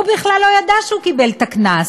והוא בכלל לא ידע שהוא קיבל את הקנס?